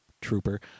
trooper